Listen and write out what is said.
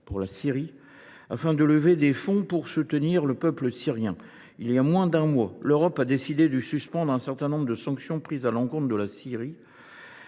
à la Syrie, afin de lever des fonds pour soutenir le peuple syrien. Il y a moins d’un mois, elle avait décidé de suspendre un certain nombre de sanctions prises à l’encontre de la Syrie,